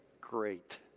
great